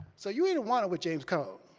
so you didn't want it with james cone,